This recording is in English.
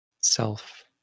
self